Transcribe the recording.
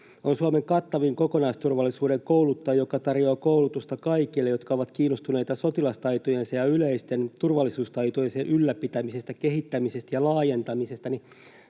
on Suomen kattavin kokonaisturvallisuuden kouluttaja, joka tarjoaa koulutusta kaikille, jotka ovat kiinnostuneita sotilastaitojensa ja yleisten turvallisuustaitojensa ylläpitämisestä, kehittämisestä ja laajentamisesta,